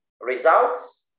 results